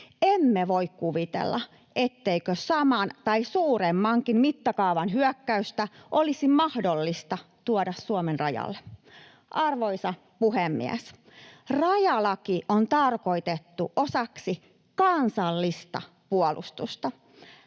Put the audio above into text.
Emme voi kuvitella, etteikö saman tai suuremmankin mittakaavan hyökkäystä olisi mahdollista tuoda Suomen rajalle. Arvoisa puhemies! Rajalaki on tarkoitettu osaksi kansallista puolustusta.